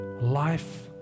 Life